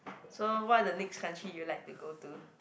so what the next country you like to go to